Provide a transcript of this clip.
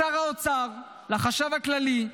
לשר האוצר, לחשב הכללי.